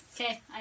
Okay